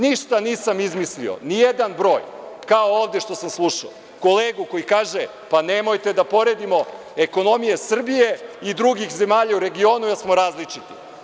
Ništa nisam izmislio, nijedan broj, kao ovde što sam slušao kolegu koji kaže, pa nemojte da poredimo ekonomiju Srbije i drugih zemalja u regionu jer smo različiti.